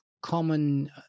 common